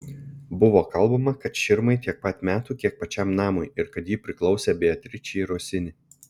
buvo kalbama kad širmai tiek pat metų kiek pačiam namui ir kad ji priklausė beatričei rosini